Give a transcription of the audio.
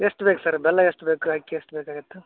ಎಷ್ಟು ಬೇಕು ಸರ್ ಬೆಲ್ಲ ಎಷ್ಟು ಬೇಕು ಅಕ್ಕಿ ಎಷ್ಟು ಬೇಕಾಗಿತ್ತು